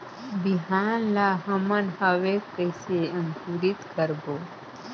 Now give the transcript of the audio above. बिहान ला हमन हवे कइसे अंकुरित करबो?